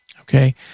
Okay